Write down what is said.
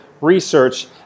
research